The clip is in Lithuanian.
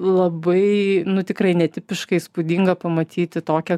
labai nu tikrai netipiška įspūdinga pamatyti tokią